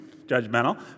judgmental